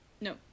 no